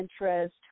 interest